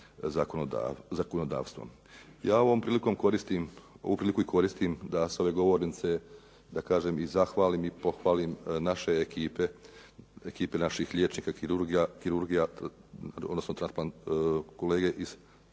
zakonodavstvom. Ja ovom prilikom koristim, ovu priliku i koristim da sa ove govornice da kažem i zahvalim i pohvalim naše ekipe, ekipe naših liječnika, kirurgija, odnosno kolege iz